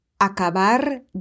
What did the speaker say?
Acabar